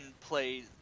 play